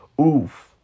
Oof